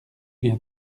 vient